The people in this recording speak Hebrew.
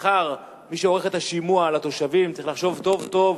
מחר מי שעורך את השימוע לתושבים צריך לחשוב טוב-טוב